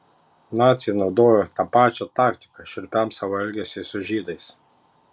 naciai naudojo tą pačią taktiką šiurpiam savo elgesiui su žydais